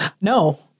No